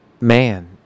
man